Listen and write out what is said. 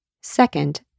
Second